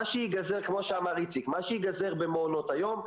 כמו שאמר איציק, מה שייגזר במעונות היום,